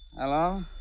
Hello